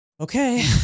okay